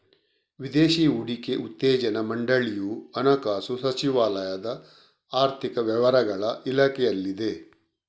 ವಿದೇಶಿ ಹೂಡಿಕೆ ಉತ್ತೇಜನಾ ಮಂಡಳಿಯು ಹಣಕಾಸು ಸಚಿವಾಲಯದ ಆರ್ಥಿಕ ವ್ಯವಹಾರಗಳ ಇಲಾಖೆಯಲ್ಲಿದೆ